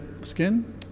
skin